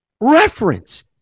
reference